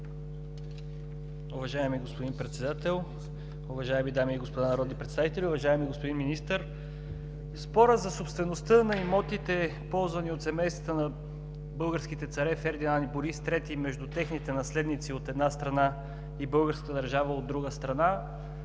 Уважаеми господин Председател, уважаеми дами и господа народни представители, уважаеми господин Министър! Спорът за собствеността на имотите, ползвани от семействата на българските царе Фердинанд и Борис III – между техните наследници, от една страна, и българската държава, от друга страна,